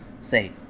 say